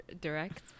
direct